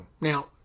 Now